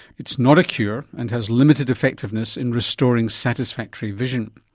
it's not a cure and has limited effectiveness in restoring satisfactory vision.